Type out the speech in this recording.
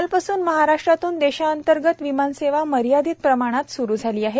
कालपासून महाराष्ट्रातून देशांतर्गत विमान सेवा मर्यादित प्रमाणात सुरु झाली आहे